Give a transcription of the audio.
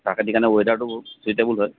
চাহ খেতিৰ কাৰণে ৱেডাৰটো চুইটেবুল হয়